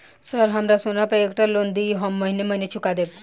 Sir हमरा सोना पर एकटा लोन दिऽ हम महीने महीने चुका देब?